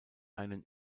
einen